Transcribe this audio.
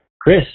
Chris